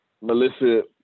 Melissa